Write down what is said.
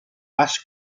pas